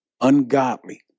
ungodly